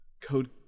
code